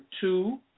two